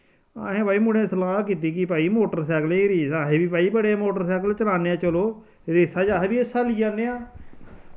असैं भाई मुड़ै सलाह् कीती कि भाई मोटरसैकलें दी रेस ऐ असें बी भाई बड़े मोटरसैकल चलाने आं चलो रेसा च अस बी हिस्सा ली आने आं